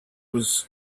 was